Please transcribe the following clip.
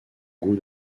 goût